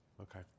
okay